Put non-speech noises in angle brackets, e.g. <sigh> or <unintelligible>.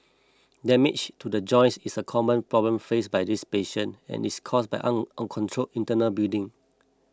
damage to the joints is a common problem faced by these patients and is caused by <unintelligible> uncontrolled internal bleeding